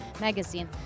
magazine